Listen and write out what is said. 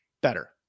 better